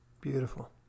Beautiful